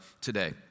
today